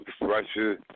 Russia